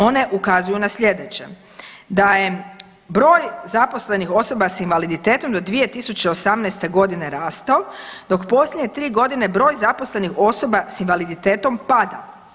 One ukazuju na sljedeće, da je broj zaposlenih osoba s invaliditetom do 2018. g. rastao, dok posljednje 3 godine broj zaposlenih osoba s invaliditetom pada.